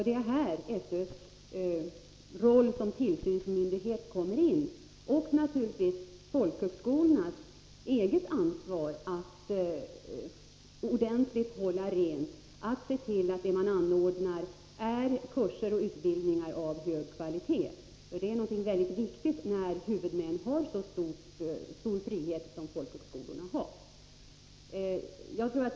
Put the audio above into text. Det är här SÖ:s roll som tillsynsmyndighet kommer in, liksom naturligtvis också folkhögskolornas eget ansvar när det gäller att se till att de kurser och utbildningar man anordnar är av hög kvalitet, något som är mycket viktigt när huvudmän har så stor frihet som folkhögskolorna har.